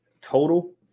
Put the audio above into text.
total